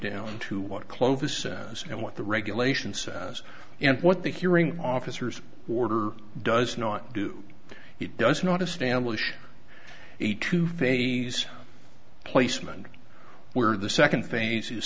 down to what clothes and what the regulation says and what the hearing officers order does not do it does not establish a two phase placement where the second phase is